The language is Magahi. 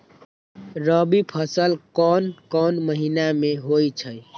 रबी फसल कोंन कोंन महिना में होइ छइ?